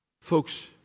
Folks